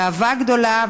גאווה גדולה,